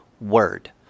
word